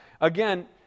again